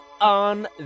on